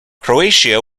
croatia